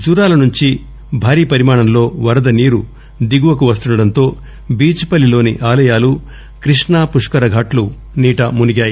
జూరాల నుంచి భారీ పరిమాణంలో వరద నీరు దిగువకు వస్తుండడంతో బీచ్ పల్లిలోని ఆలయాలు కృష్ణా పుష్కర ఘాట్లు నీట మునిగాయి